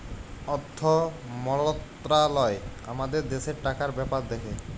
অথ্থ মলত্রলালয় আমাদের দ্যাশের টাকার ব্যাপার দ্যাখে